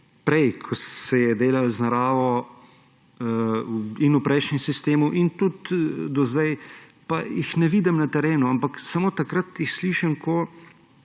prej, ko se je delalo z naravo, in v prejšnjem sistemu in tudi do sedaj, pa jih ne vidim na terenu, ampak samo takrat jih slišim,